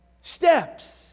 steps